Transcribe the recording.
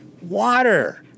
Water